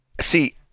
see